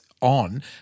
on